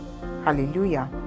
Hallelujah